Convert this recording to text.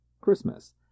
Christmas